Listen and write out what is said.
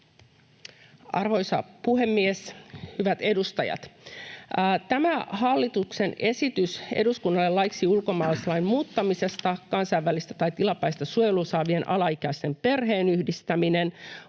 Arvoisa puhemies! Hyvät edustajat! Tämä hallituksen esitys eduskunnalle laiksi ulkomaalaislain muuttamisesta, kansainvälistä tai tilapäistä suojelua saavien alaikäisten perheenyhdistäminen,